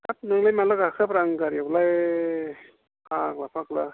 हाब नोंलाय माला गाखोआब्रा आंनि गारियावलाय फाग्ला फाग्ला